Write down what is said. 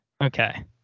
Okay